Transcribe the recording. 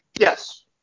Yes